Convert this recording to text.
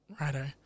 Righto